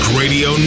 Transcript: radio